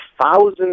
thousands